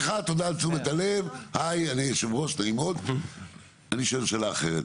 אני שואל שאלה אחרת,